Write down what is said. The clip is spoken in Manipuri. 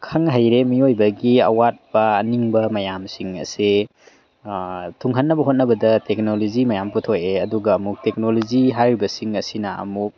ꯈꯪ ꯍꯩꯔꯦ ꯃꯤꯑꯣꯏꯕꯒꯤ ꯑꯋꯥꯠꯄ ꯑꯅꯤꯡꯕ ꯃꯌꯥꯝꯁꯤꯡ ꯑꯁꯦ ꯊꯨꯡꯍꯟꯅꯕ ꯍꯣꯠꯅꯕꯗ ꯇꯦꯛꯅꯣꯂꯣꯖꯤ ꯃꯌꯥꯝ ꯄꯨꯊꯣꯛꯑꯦ ꯑꯗꯨꯒ ꯑꯃꯨꯛ ꯇꯦꯛꯅꯣꯂꯣꯖꯤ ꯍꯥꯏꯔꯤꯕꯁꯤꯡ ꯑꯁꯤꯅ ꯑꯃꯨꯛ